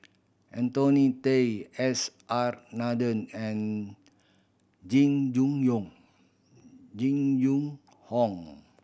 Anthony Day S R Nathan and Jing Jun Yong Jing Jun Hong